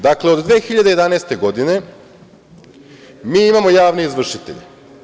Dakle, od 2011. godine mi imamo javne izvršitelje.